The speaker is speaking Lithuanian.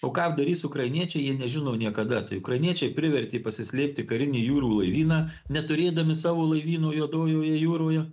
o ką darys ukrainiečiai jie nežino niekada tai ukrainiečiai privertė pasislėpti karinį jūrų laivyną neturėdami savo laivyno juodojoje jūroje